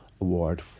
award